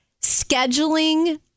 scheduling